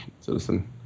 citizen